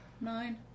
Nine